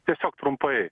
tiesiog trumpai